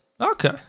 Okay